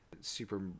super